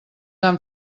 han